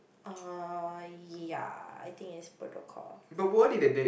(ih) ya I think it's protocol